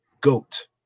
GOAT